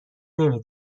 نمی